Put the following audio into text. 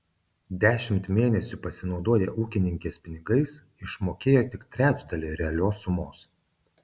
dešimt mėnesių pasinaudoję ūkininkės pinigais išmokėjo tik trečdalį realios sumos